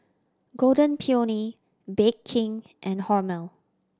Golden Peony Bake King and Hormel